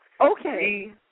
Okay